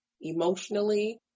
emotionally